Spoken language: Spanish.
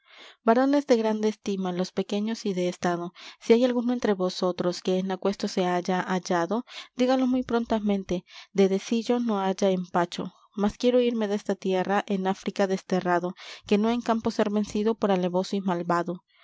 varones de grande estima los pequeños y de estado si hay alguno entre vosotros que en aquesto se haya hallado dígalo muy prontamente de decillo no haya empacho más quiero irme desta tierra en áfrica desterrado que no en campo ser vencido por alevoso y malvado